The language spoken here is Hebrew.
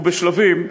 ובשלבים,